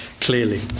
clearly